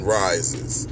rises